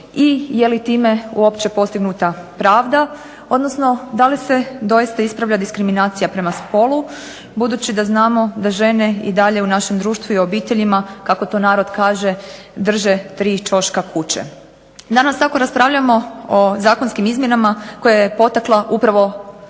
i je li time uopće postignuta pravda, odnosno da li se doista ispravlja diskriminacija prema spolu budući da znamo da žene i dalje u našem društvu i obiteljima kako to narod kaže drže tri ćoška kuće. Danas tako raspravljamo o zakonskim izmjenama koje je potakla upravo